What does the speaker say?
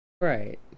Right